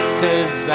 cause